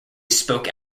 spoke